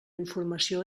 informació